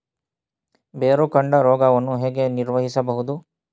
ಬೇರುಕಾಂಡ ರೋಗವನ್ನು ಹೇಗೆ ನಿರ್ವಹಿಸಬಹುದು?